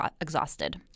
exhausted